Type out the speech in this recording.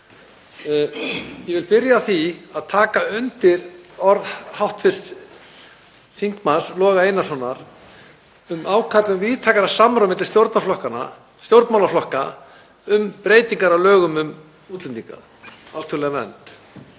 Ég vil byrja á því að taka undir orð hv. þm. Loga Einarssonar um ákall um víðtækara samráð milli stjórnmálaflokka um breytingar á lögum um útlendinga, alþjóðlega vernd.